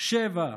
שבעה.